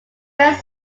red